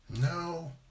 No